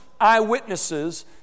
eyewitnesses